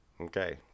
Okay